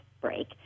break